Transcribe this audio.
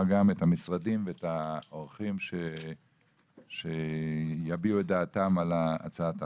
גם את המשרדים והאורחים שיביעו דעתם על הצעת החוק.